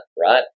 right